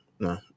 No